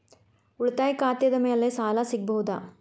ಉಳಿತಾಯ ಖಾತೆದ ಮ್ಯಾಲೆ ಸಾಲ ಸಿಗಬಹುದಾ?